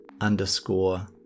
underscore